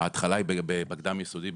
ההתחלה היא בקדם יסודי,